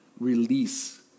release